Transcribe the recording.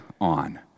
on